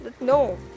No